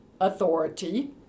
authority